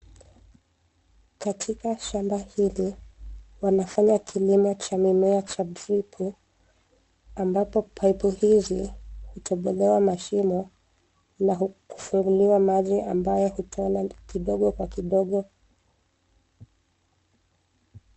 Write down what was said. Katika shamba hili wanafanya kilimo cha mimea cha dripu ambapo paipu hizi hutobolewa mashimo na hufunguliwa maji ambayo hutona kidogo kwa kidogo.